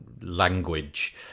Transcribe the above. language